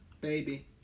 Baby